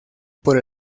por